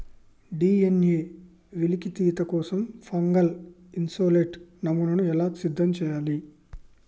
DNA వెలికితీత కోసం fungal isolate నమూనాను ఎలా సిద్ధం చెయ్యాలి?